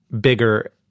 bigger